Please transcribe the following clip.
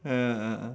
ah ah ah